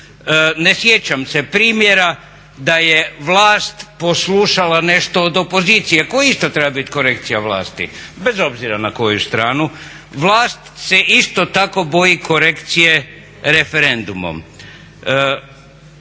ne sjećam se primjera da je vlast poslušala nešto od opozicije koji isto treba biti korekcija vlasti bez obzira na koju stranu. Vlast se isto tako boji korekcije referendumom.